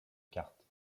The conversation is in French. cartes